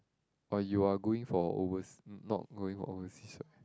or you are going for overs~ not going overseas right